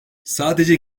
sadece